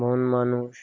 বন মানুষ